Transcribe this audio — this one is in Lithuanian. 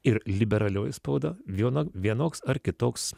ir liberalioji spauda vienok vienoks ar kitoks